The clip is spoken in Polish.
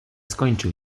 skończył